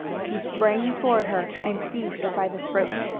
he sprang toward her and seized her by the throat.